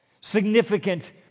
significant